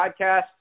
Podcast